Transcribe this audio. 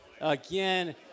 Again